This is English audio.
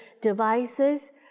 devices